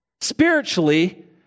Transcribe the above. Spiritually